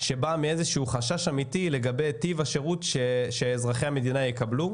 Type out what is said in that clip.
שבאה מחשש אמיתי לגבי טיב השירות שאזרחי המדינה יקבלו.